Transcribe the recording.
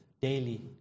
daily